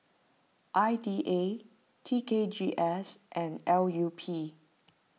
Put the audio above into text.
I D A T K G S and L U P